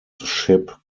ship